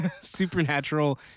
Supernatural